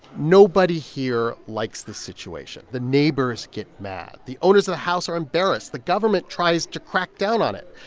nobody here likes this situation. the neighbors get mad. the owners of the house are embarrassed. the government tries to crack down on it.